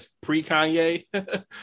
pre-Kanye